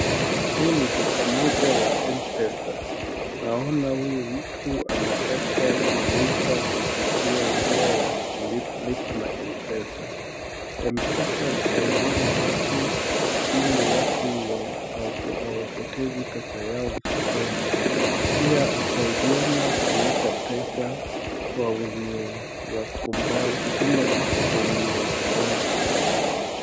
Hii ni duka moja ya M-pesa, naona huyu mtu anataka kulipa kupitia njia ya lipa na M-pesa, M-pesa husaidia na watu ili watu wa hawapotezi pes yao mfukoni, kila husaidiana kuweka pesa kwa wenye wako mbali, kutuma pesa kwa wenye wako mbali.